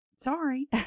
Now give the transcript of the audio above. Sorry